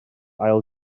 ail